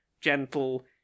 gentle